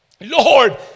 Lord